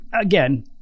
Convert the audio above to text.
again